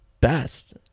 best